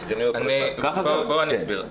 אני אסביר.